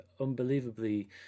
unbelievably